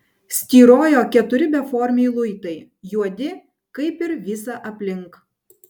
styrojo keturi beformiai luitai juodi kaip ir visa aplink